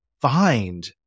find